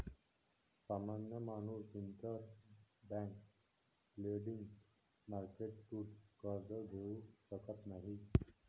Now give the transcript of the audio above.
सामान्य माणूस interbank lending मार्केटतून कर्ज घेऊ शकत नाही